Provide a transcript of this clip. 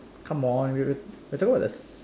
come on we we are talking about the s~